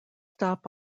stop